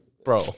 Bro